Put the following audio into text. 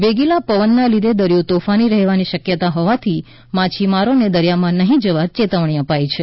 વેગીલા પવનને લીધે દરિયો તોફાની રહેવાની શક્યતા હોવાથી માછીમારોને દરિયામાં નહીં જવા ચેતવણી અપાઈ છે